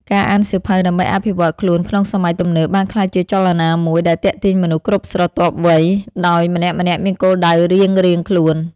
ការអានសៀវភៅដើម្បីអភិវឌ្ឍខ្លួនក្នុងសម័យទំនើប បានក្លាយជាចលនាមួយដែលទាក់ទាញមនុស្សគ្រប់ស្រទាប់វ័យ ដោយម្នាក់ៗមានគោលដៅរៀងៗខ្លួន។